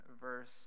verse